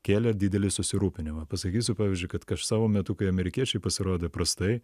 kėlė didelį susirūpinimą pasakysiu pavyzdžiui kad kaž savo metu kai amerikiečiai pasirodė prastai